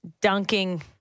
dunking